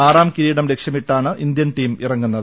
ആറാം കിരീടം ലക്ഷ്യമിട്ടാണ് ഇന്ത്യൻ ടീം ഇറങ്ങുന്നത്